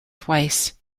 twice